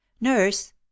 Nurse